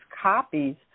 copies